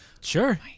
Sure